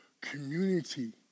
community